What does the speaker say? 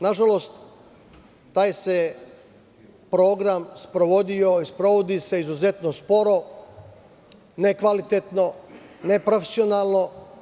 Nažalost, taj se program sprovodio i sprovodi se izuzetno sporo, nekvalitetno, neprofesionalno.